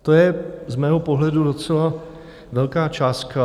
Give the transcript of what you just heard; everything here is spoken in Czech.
To je z mého pohledu docela velká částka.